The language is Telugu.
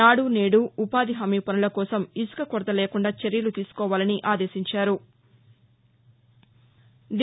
నాడు నేడు ఉపాధి హామీ పనుల కోసం ఇసుక కొరత లేకుండా చర్యలు తీసుకోవాలన్నారు